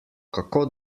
kako